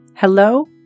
Hello